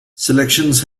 selections